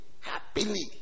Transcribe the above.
happily